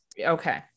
Okay